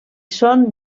són